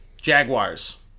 Jaguars